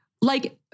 like-